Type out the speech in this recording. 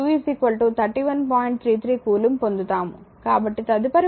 కాబట్టి తదుపరి ఉదాహరణ 1